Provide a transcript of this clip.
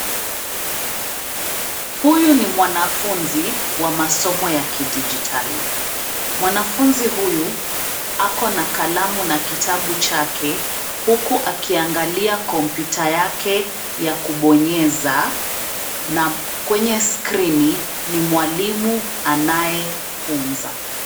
Huyu ni mwanafunzi wa masomo ya kidijitali. Mwanafunzi huyu ako na kalamu na kitabu chake, huku akiangalia kompyuta yake ya kubonyeza na kwenye skrini ni mwalimu anayefunza.